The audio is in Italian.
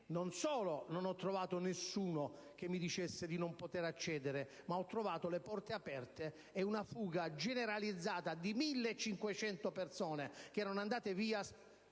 non solo non ho trovato nessuno che mi dicesse che non potevo accedere, ma ho trovato le porte aperte e una fuga generalizzata di 1.500 persone che erano andate via